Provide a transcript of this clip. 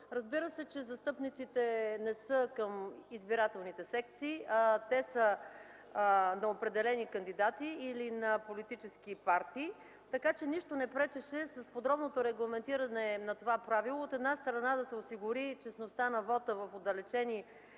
Разбира се, че застъпниците не са към избирателните секции, те са на определени кандидати или на политически партии, така че нищо не пречеше с подробното регламентиране на това правило, от една страна, да се осигури честността на вота в отдалечени